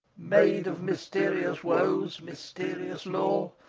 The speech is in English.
maid of mysterious woes, mysterious lore,